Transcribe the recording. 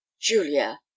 julia